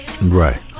Right